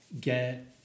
get